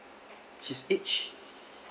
she's age